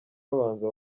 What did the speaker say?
babanza